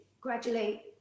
gradually